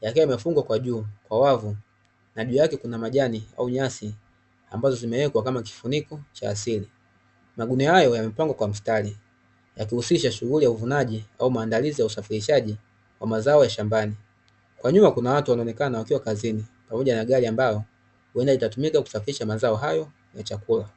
yakiwa yamefungwa kwa juu kwa wavu na juu yake kuna majani au nyasi ambazo zimewekwa kama kifuniko cha asili. Magunia hayo yamepangwa kwa mstari yakihusisha shughuli ya uvunaji, au maandalizi ya usafirishaji wa mazao ya shambani. Kwa nyuma kuna watu wanaonekana watu wakiwa pamoja na gari ambayo huenda ikatumika kusafirisha mazao hayo ya chakula.